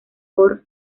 por